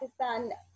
Pakistan